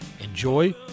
Enjoy